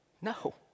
No